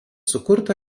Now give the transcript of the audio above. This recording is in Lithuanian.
sukurta